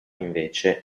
invece